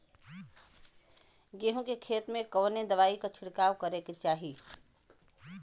गेहूँ के खेत मे कवने दवाई क छिड़काव करे के चाही?